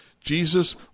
Jesus